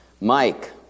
Mike